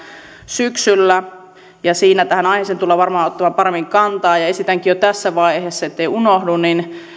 syksyllä siinä tähän aiheeseen tullaan varmaan ottamaan paremmin kantaa ja esitänkin jo tässä vaiheessa ettei unohdu että